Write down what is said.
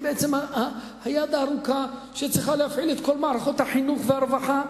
היא בעצם היד הארוכה שצריכה להפעיל את כל מערכות החינוך והרווחה